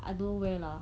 I don't know where lah